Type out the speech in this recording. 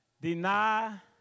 deny